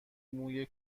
موی